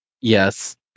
Yes